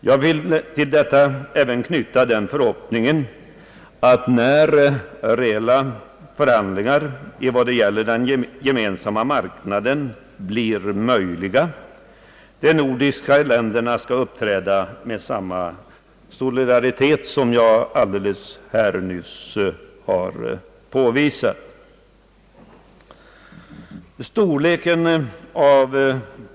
Jag vill till detta även knyta den förhoppningen att när reella förhandlingar om den gemensamma marknaden blir möjliga, de nordiska länderna skall uppträda med samma solidaritet som jag här alldeles nyss har påvisat.